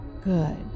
Good